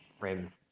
Raven